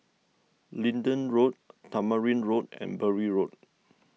Leedon Road Tamarind Road and Bury Road